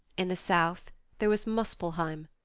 in the south there was muspelheim,